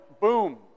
boom